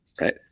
right